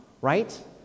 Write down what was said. right